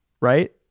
right